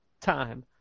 time